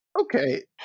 okay